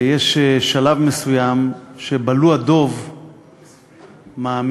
יש שלב מסוים שבאלו הדוב מעמיד